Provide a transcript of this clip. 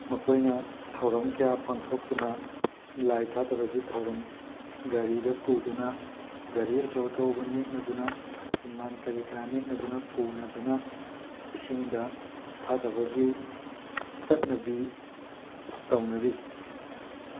ꯃꯈꯣꯏꯅ ꯊꯧꯔꯝ ꯀꯌꯥ ꯄꯥꯡꯊꯣꯛꯇꯨꯅ ꯂꯥꯏ ꯊꯥꯗꯕꯒꯤ ꯊꯧꯔꯝ ꯒꯥꯔꯤꯗ ꯄꯨꯗꯨꯅ ꯒꯥꯔꯤ ꯑꯆꯧ ꯑꯆꯧꯕ ꯅꯦꯛꯅꯗꯨꯅ ꯁꯛꯇꯤꯃꯥꯟ ꯀꯔꯤ ꯀꯔꯥ ꯅꯦꯛꯅꯗꯨꯅ ꯄꯨꯅꯗꯨꯅ ꯏꯁꯤꯡꯗ ꯊꯥꯊꯕꯒꯤ ꯆꯠꯅꯕꯤ ꯇꯧꯅꯔꯤ